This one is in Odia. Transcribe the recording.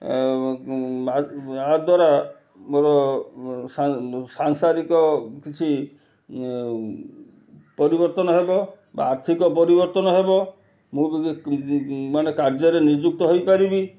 ଆ ଦ୍ୱାରା ମୋର ସାଂସାରିକ କିଛି ପରିବର୍ତ୍ତନ ହେବ ବା ଆର୍ଥିକ ପରିବର୍ତ୍ତନ ହେବ ମୁଁ ବି ମାନେ କାର୍ଯ୍ୟରେ ନିଯୁକ୍ତ ହୋଇପାରିବି